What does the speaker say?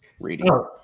reading